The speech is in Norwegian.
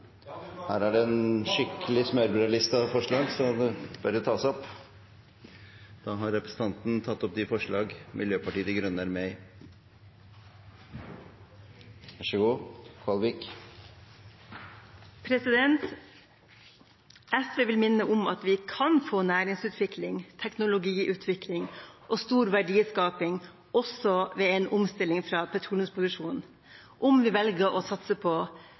Her er en skikkelig smørbrødliste av forslag, så de bør jo tas opp. Jeg tar opp forslagene fra Miljøpartiet De Grønne og de forslagene vi står sammen med Sosialistisk Venstreparti om. Da har representanten tatt opp de forslagene han refererte til. SV vil minne om at vi kan få næringsutvikling, teknologiutvikling og stor verdiskaping også ved en omstilling fra petroleumsproduksjon om vi velger å satse